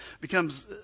becomes